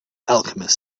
alchemist